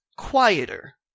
Quieter